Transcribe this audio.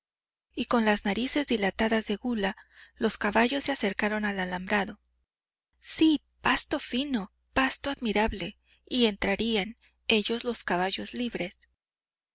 y con las narices dilatadas de gula los caballos se acercaron al alambrado sí pasto fino pasto admirable y entrarían ellos los caballos libres hay